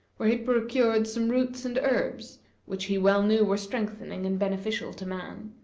where he procured some roots and herbs which he well knew were strengthening and beneficial to man,